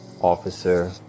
officer